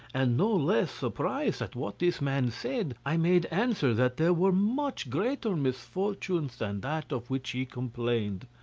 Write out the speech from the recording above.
and no less surprised at what this man said, i made answer that there were much greater misfortunes than that of which he complained.